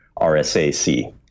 RSAc